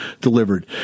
delivered